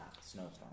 snowstorm